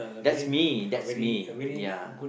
that's me that's me ya